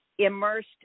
immersed